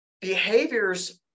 behaviors